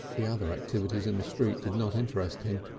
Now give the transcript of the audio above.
the other activities in the street did not interest him.